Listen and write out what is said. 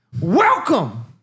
Welcome